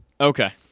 Okay